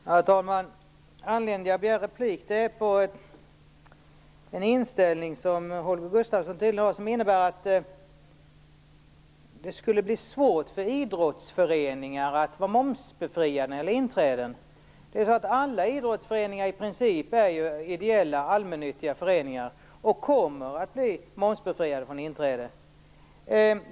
Herr talman! Anledningen till att jag begärde replik var en inställning som Holger Gustafsson tydligen har, att det skulle bli svårt för idrottsföreningar att vara momsbefriade när det gäller inträden. I princip alla idrottsföreningar är ju ideella allmännyttiga föreningar och kommer att bli momsbefriade från inträde.